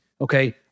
Okay